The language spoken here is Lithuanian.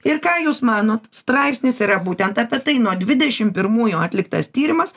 ir ką jūs manot straipsnis yra būtent apie tai nuo dvidešimt pirmųjų atliktas tyrimas